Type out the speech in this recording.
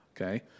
okay